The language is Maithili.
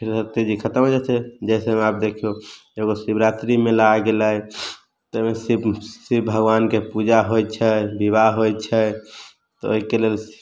फिर सरस्वती जी खतम हो जाइत छै जइसेमे आब देखियौ एगो शिबरात्रि मेला आबि गेलै ओहिमे शिब शिब भगबानके पूजा होइत छै बिबाह होइत छै तऽ ओहिके लेल